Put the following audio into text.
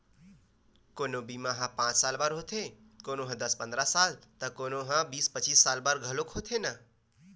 कोनो बीमा ह पाँच साल बर होथे, कोनो ह दस पंदरा साल त कोनो ह बीस पचीस साल बर घलोक होथे न